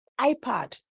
iPad